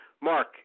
Mark